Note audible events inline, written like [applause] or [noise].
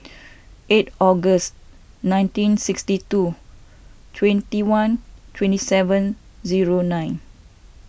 [noise] eight August nineteen sixty two twenty one twenty seven zero nine